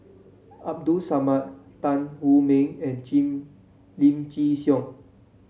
Abdul Samad Tan Wu Meng and Chin Lim Chin Siong